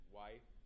wife